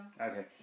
Okay